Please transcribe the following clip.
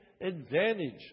advantage